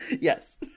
Yes